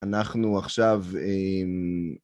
אנחנו עכשיו...